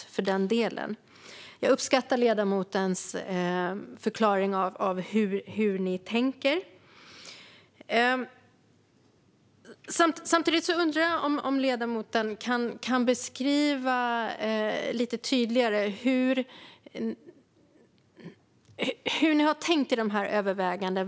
Jag uppskattar ledamotens förklaring av hur man tänker. Samtidigt undrar jag om ledamoten kan beskriva lite tydligare hur man har tänkt i övervägandena.